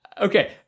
Okay